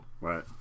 Right